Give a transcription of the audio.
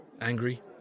Angry